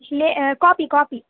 श्वः कोपि कोपि